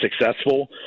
successful